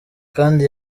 kandi